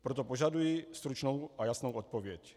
Proto požaduji stručnou a jasnou odpověď.